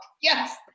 Yes